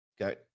Okay